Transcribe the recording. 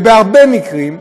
בהרבה מקרים,